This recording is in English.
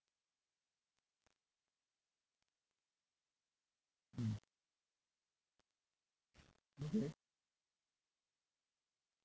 mm okay